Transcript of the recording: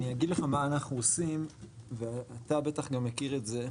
אני אגיד לך מה אנחנו עושים ואתה בטח גם מכיר את זה,